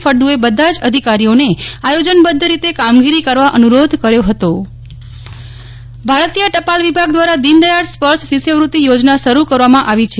ફળદુએ બધા જ અધિકારીઓને આયોજનબધ્ધ રીતે કામગીરી કરવા અનુરોધ કર્યો હ ભારતીય ટપાલ વિભાગ દ્વારા દીનદયાળ સ્પર્શ શિષ્યવૃત્તિ યોજના શરૂ કરવામાં આવી છે